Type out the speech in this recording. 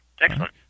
excellent